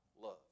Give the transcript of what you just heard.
love